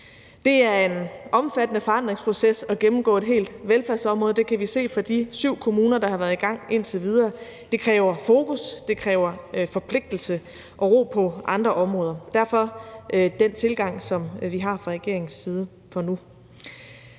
Det er en omfattende forandringsproces at gennemgå et helt velfærdsområde. Det kan vi se fra de syv kommuner, der har været i gang indtil videre. Det kræver fokus, og det kræver forpligtelse og ro på andre områder. Derfor har vi fra regeringens side valgt